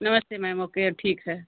नमस्ते ma'am okay ठीक है